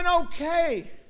okay